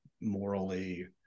morally